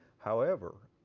however,